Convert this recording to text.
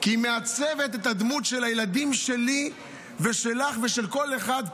כי היא מעצבת את הדמות של הילדים שלי ושלך ושל כל אחד פה.